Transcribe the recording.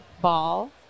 ball